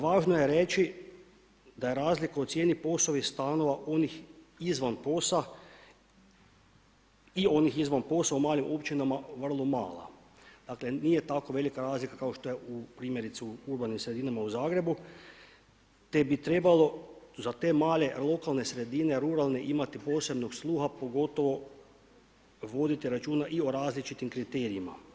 Važno je reći da razliku u cijeni POS-ovih stanova onih izvan POS-a u malim općinama vrlo mala, dakle nije tako velika razlika kao što je primjerice u urbanim sredinama u Zagrebu te bi trebalo za te male lokalne sredine ruralne imati posebnog sluha pogotovo voditi računa i o različitim kriterijima.